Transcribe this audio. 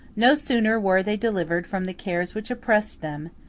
no sooner were they delivered from the cares which oppressed them,